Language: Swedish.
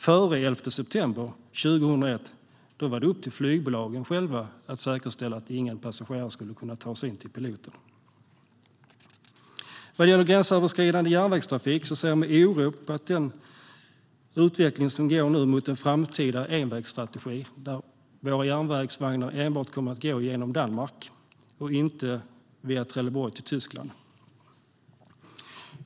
Före den 11 september 2001 var det upp till flygbolagen själva att säkerställa att ingen passagerare skulle kunna ta sig in till piloten. Vad gäller gränsöverskridande järnvägstrafik ser jag med oro på att utvecklingen nu går mot en framtida envägsstrategi där våra järnvägsvagnar enbart kommer att gå genom Danmark och inte via Trelleborg till Tyskland.